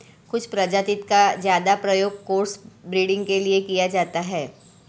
कुछ प्रजाति का ज्यादा प्रयोग क्रॉस ब्रीडिंग के लिए किया जाता है